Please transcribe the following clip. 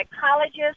psychologist